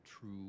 true